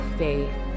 faith